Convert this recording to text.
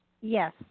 yes